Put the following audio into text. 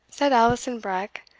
said alison breck,